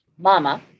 Mama